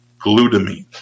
glutamine